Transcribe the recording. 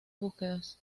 búsquedas